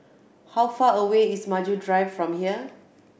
how far away is Maju Drive from here